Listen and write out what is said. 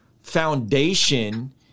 foundation